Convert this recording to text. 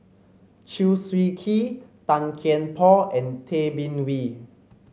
Chew Swee Kee Tan Kian Por and Tay Bin Wee